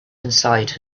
inside